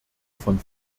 von